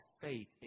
faith